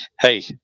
hey